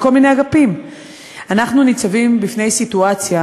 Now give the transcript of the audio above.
אנחנו ניצבים בפני סיטואציה